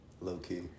low-key